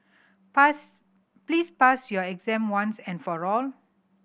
pass please pass your exam once and for all